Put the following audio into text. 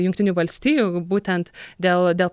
jungtinių valstijų būtent dėl dėl